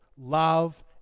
love